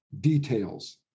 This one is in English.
details